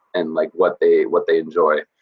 and like what they what they enjoy,